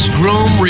groom